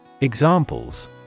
Examples